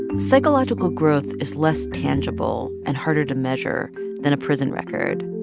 psychological growth is less tangible and harder to measure than a prison record.